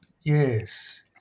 Yes